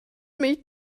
mich